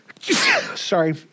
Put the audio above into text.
Sorry